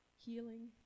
healing